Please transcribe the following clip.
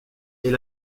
est